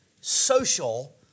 social